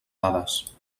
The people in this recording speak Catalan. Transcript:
dades